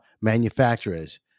manufacturers